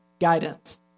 guidance